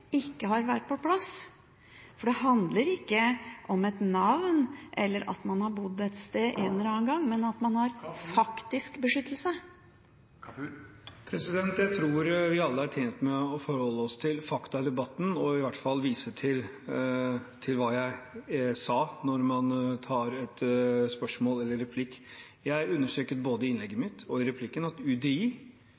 ikke har vært på plass. Det handler ikke om et navn, eller at man har bodd et sted en eller annen gang, men at man faktisk har beskyttelse. Jeg tror vi alle er tjent med å forholde oss til fakta i debatten – og i hvert fall vise til det jeg sa – når man har et spørsmål eller en replikk. Jeg understreket både i innlegget og i replikken min at